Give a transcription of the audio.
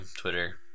Twitter